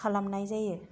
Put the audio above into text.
खालामनाय जायो